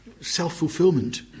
self-fulfillment